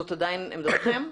זאת עדיין עמדתכם?